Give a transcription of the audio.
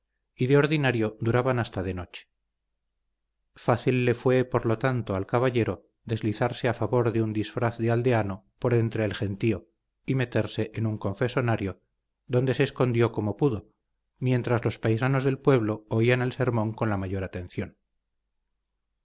y de ordinario duraban hasta de noche fácil le fue por lo tanto al caballero deslizarse a favor de un disfraz de aldeano por entre el gentío y meterse en un confesonario donde se escondió como pudo mientras los paisanos del pueblo oían el sermón con la mayor atención en las